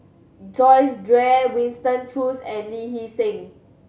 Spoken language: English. Joyce Jue Winston Choos and Lee Hee Seng